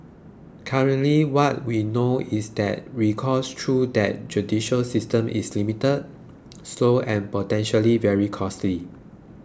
currently what we know is that recourse through that judicial system is limited slow and potentially very costly